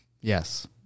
Yes